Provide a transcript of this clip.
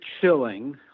chilling